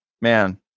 Man